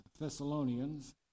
Thessalonians